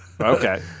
Okay